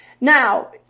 Now